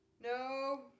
No